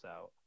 out